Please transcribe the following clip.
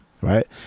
right